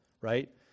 Right